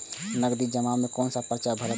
नगदी जमा में कोन सा पर्ची भरे परतें?